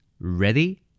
Ready